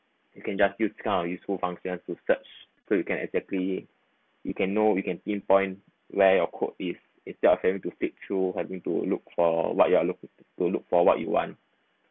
you can just use this kind of useful functions to search so you can exactly you can know you can pinpoint where your quote is instead of having to flip through having to look for what you are looking to look for what you want